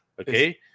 Okay